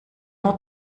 not